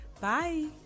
bye